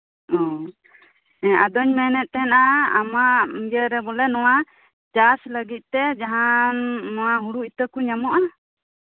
ᱳ ᱦᱮᱸ ᱟᱫᱚᱧ ᱢᱮᱱᱮᱫ ᱛᱟᱦᱮᱱᱟ ᱟᱢᱟᱜ ᱤᱭᱟᱹᱨᱮ ᱵᱚᱞᱮ ᱱᱚᱣᱟ ᱪᱟᱥᱞᱟᱹᱜᱤᱫ ᱛᱮ ᱡᱟᱦᱟᱱ ᱱᱚᱣᱟ ᱦᱩᱲᱩ ᱤᱛᱟᱹᱠᱩ ᱧᱟᱢᱚᱜ ᱟ